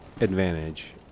advantage